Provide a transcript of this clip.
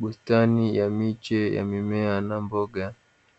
Bustani ya miche ya mimea na mboga